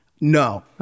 no